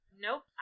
Nope